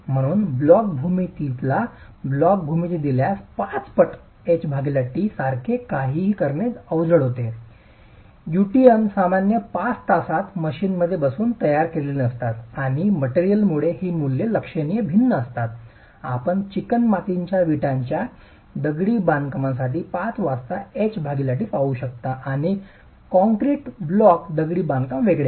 म्हणून ब्लॉक भूमितीला ब्लॉक भूमिती दिल्यास हे 5 पट h t सारखे काहीही करणे अवजड होते यूटीएम सामान्यत 5 तासात मशीनमध्ये बसून तयार केलेली नसतात आणि मटेरियलमुळे ही मूल्ये लक्षणीय भिन्न असतात आपण चिकणमातीच्या वीटांच्या दगडी बांधकामासाठी 5 वाजता h t पाहू शकता आणि कॉंक्रीट ब्लॉक दगडी बांधकाम वेगळ्या आहेत